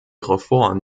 reform